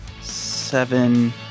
seven